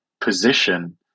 position